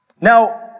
Now